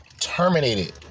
terminated